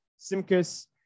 Simkus